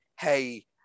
hey